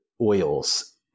oils